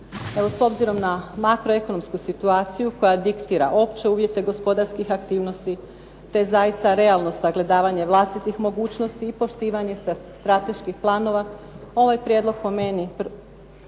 s obzirom na makroekonomsku situaciju koja diktira opće uvjete gospodarskih aktivnosti te zaista realno sagledavanje vlastitih mogućnosti i poštivanje strateških planova ovaj prijedlog proračuna po